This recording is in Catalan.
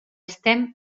estem